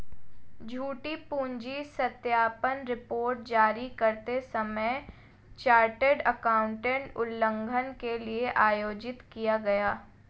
झूठी पूंजी सत्यापन रिपोर्ट जारी करते समय चार्टर्ड एकाउंटेंट उल्लंघन के लिए आयोजित किया गया